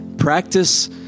Practice